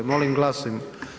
Molim glasujmo.